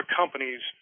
companies